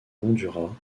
honduras